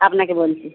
আপনাকে বলছি